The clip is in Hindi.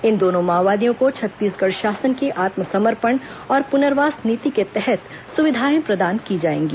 इन दोनों माओवादियों को छत्तीसगढ़ शासन की आत्मसमर्पण और पुनर्वास नीति के तहत सुविधाएं प्रदान की जाएंगी